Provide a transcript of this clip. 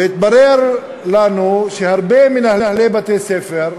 והתברר לנו שהרבה מנהלי בתי-ספר התנגדו,